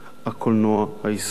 הקולנוע הישראלית.